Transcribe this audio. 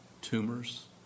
tumors